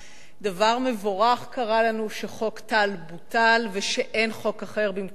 דבר מבורך קרה לנו שחוק טל בוטל ושאין חוק אחר במקומו.